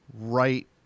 right